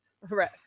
right